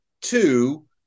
two